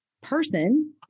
person